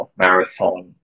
marathon